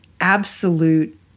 absolute